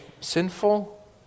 sinful